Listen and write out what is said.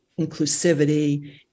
inclusivity